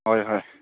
ꯍꯣꯏ ꯍꯣꯏ